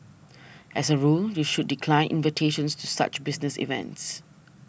as a rule you should decline invitations to such business events